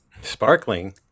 sparkling